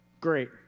Great